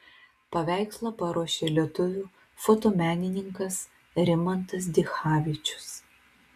paveikslą paruošė lietuvių fotomenininkas rimantas dichavičius